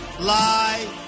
lie